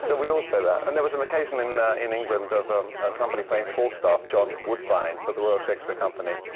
so we all say that. and there was an occasion in in england of um somebody playing falstaff, john woodvine for the royal shakespeare company,